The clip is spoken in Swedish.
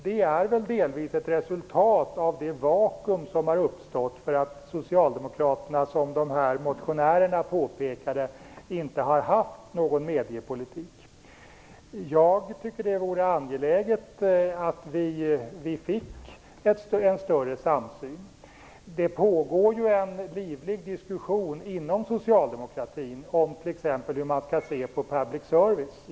Det är väl delvis ett resultat av det vakuum som har uppstått för att Socialdemokraterna - som motionärerna har påpekat - inte har haft någon mediepolitik. Jag tycker att det vore angeläget att vi fick en större samsyn. Det pågår en livlig diskussion inom socialdemokratin om hur man t.ex. skall se på public service-företag.